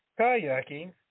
kayaking